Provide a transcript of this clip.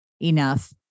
enough